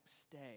stay